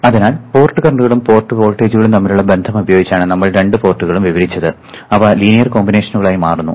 അതിനാൽ പോർട്ട് കറന്റ്കളും പോർട്ട് വോൾട്ടേജുകളും തമ്മിലുള്ള ബന്ധം ഉപയോഗിച്ചാണ് നമ്മൾ രണ്ട് പോർട്ടുകളും വിവരിച്ചത് അവ ലീനിയർ കോമ്പിനേഷനുകളായി മാറുന്നു